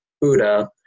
buddha